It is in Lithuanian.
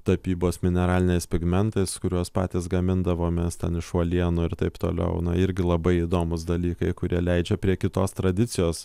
tapybos mineraliniais pigmentais kuriuos patys gamindavomės ten iš uolienų ir taip toliau irgi labai įdomūs dalykai kurie leidžia prie kitos tradicijos